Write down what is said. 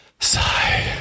sigh